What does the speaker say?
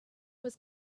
was